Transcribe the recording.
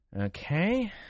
Okay